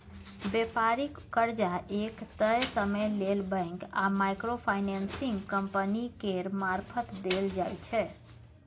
बेपारिक कर्जा एक तय समय लेल बैंक आ माइक्रो फाइनेंसिंग कंपनी केर मारफत देल जाइ छै